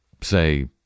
say